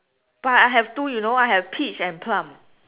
but I have two you know I have peach and plum